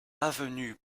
avenue